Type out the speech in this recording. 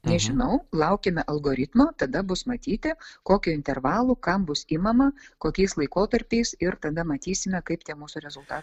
nežinau laukiame algoritmo tada bus matyti kokiu intervalu kam bus imama kokiais laikotarpiais ir tada matysime kaip tie mūsų rezulta